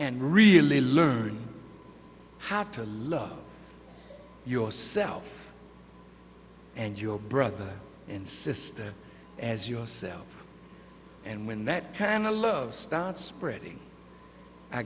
and really learn how to love yourself and your brother and sister as yourself and when that kind of love starts spreading i